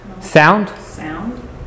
Sound